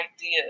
idea